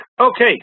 Okay